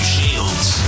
Shields